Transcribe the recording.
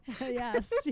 Yes